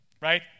Right